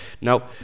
Now